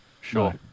Sure